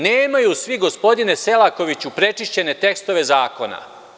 Nemaju svi, gospodine Selakoviću, prečišćene tekstove zakona.